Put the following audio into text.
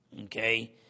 Okay